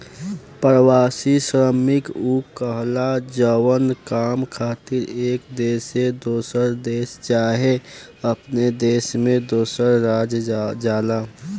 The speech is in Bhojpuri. प्रवासी श्रमिक उ कहाला जवन काम खातिर एक देश से दोसर देश चाहे अपने देश में दोसर राज्य जाला